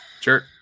Sure